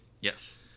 yes